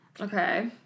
Okay